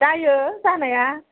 जायो जानाया